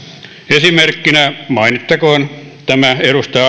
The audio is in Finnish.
esimerkkinä mainittakoon tämä edustaja